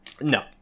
No